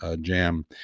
jam